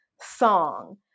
song